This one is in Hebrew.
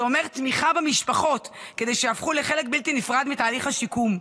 זה אומר תמיכה במשפחות כדי שיהפכו לחלק בלתי נפרד מתהליך השיקום.